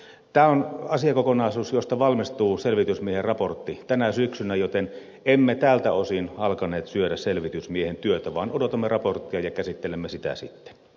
tämä on asiakokonaisuus josta valmistuu selvitysmiehen raportti tänä syksynä joten emme tältä osin alkaneet syödä selvitysmiehen työtä vaan odotamme raporttia ja käsittelemme sitä sitten